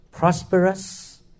Prosperous